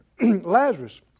Lazarus